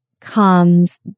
comes